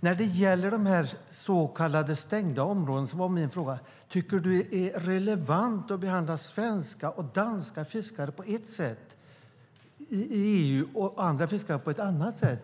När det gäller de så kallade stängda områdena var min fråga om Staffan Danielsson tycker att det är relevant att behandla svenska och danska fiskare på ett sätt i EU och andra fiskare på ett annat sätt.